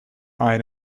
eyed